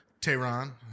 Tehran